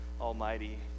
almighty